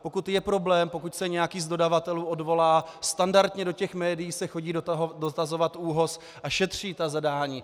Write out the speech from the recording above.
Pokud je problém, pokud se nějaký z dodavatelů odvolá, standardně do těch médií se chodí dotazovat ÚOHS a šetří ta zadání.